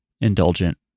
indulgent